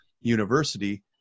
university